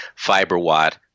Fiberwatt